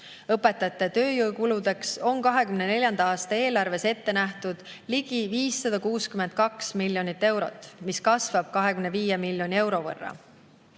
Õpetajate tööjõukuludeks on 2024. aasta eelarves ette nähtud ligi 562 miljonit eurot, mis kasvab 25 miljoni euro võrra.